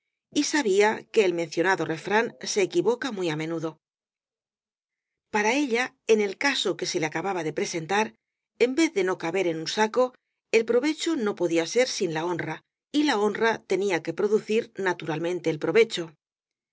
y sabía que el mencionado refrán se equivoca muy á menudo para ella en el caso que se le acababa de presentar en vez de no caber en un saco el provecho no podía ser sin la honra y la honra tenía que producir naturalmente el